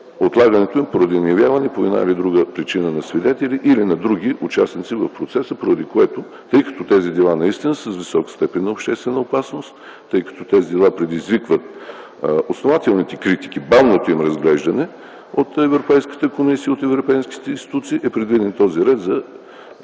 отлагането им е поради неявяване по една или друга причина на свидетели или на други участници в процеса. Тъй като тези дела наистина са с висока степен на обществена опасност, тъй като тези дела предизвикват основателните критики от Европейската комисия и от европейските институции за бавното им